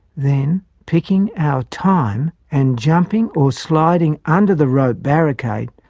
then, picking our time, and jumping or sliding under the rope barricade,